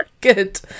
good